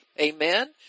Amen